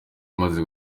imaze